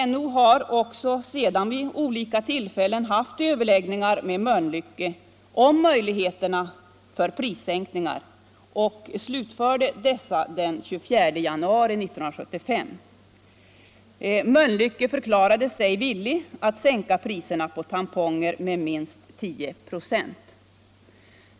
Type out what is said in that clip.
NO har också sedan dess vid olika tillfällen haft överläggningar med Mölnlycke om möjligheterna till prissänkningar och slutförde dessa den 24 januari 1975. Mölnlycke förklarade sig villigt att sänka priserna på tamponger med minst 10 96.